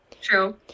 True